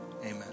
amen